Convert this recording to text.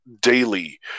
daily